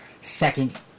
second